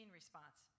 response